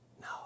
No